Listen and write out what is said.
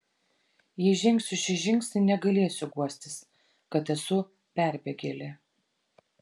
jei žengsiu šį žingsnį negalėsiu guostis kad esu perbėgėlė